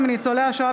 ביטול מנגנוני הסינון